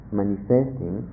manifesting